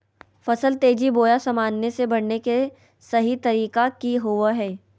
फसल तेजी बोया सामान्य से बढने के सहि तरीका कि होवय हैय?